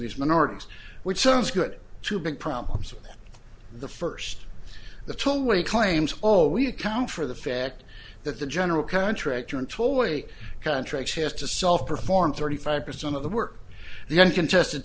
these minorities which sounds good to big problems the first the tollway claims all we account for the fact that the general contractor and tollway contract has to solve perform thirty five percent of the work the uncontested